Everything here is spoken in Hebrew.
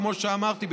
כמו שאמרתי,